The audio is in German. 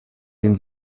den